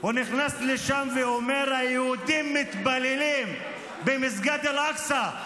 הוא נכנס לשם ואומר: היהודים מתפללים במסגד אל-אקצא.